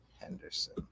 Henderson